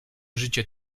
życie